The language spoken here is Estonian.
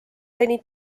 seni